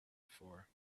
before